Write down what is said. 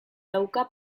dauka